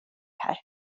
här